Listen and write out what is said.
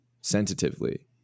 sensitively